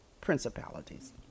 principalities